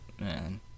man